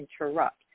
interrupt